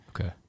Okay